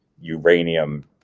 uranium